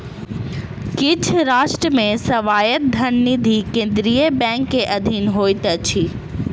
किछ राष्ट्र मे स्वायत्त धन निधि केंद्रीय बैंक के अधीन होइत अछि